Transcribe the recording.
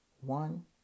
One